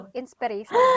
inspiration